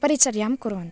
परिचर्यां कुर्वन्ति